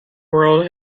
world